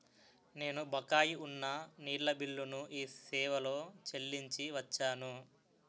నేను బకాయి ఉన్న నీళ్ళ బిల్లును ఈ సేవాలో చెల్లించి వచ్చాను